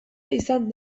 izan